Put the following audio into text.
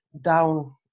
down